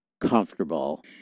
comfortable